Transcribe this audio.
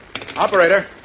Operator